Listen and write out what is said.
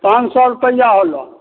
पान सओ रुपैआ होलऽ